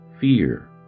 fear